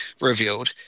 revealed